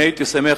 אני הייתי שמח,